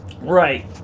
Right